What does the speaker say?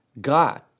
God